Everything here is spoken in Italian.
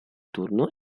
turno